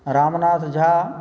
Ramnath Jha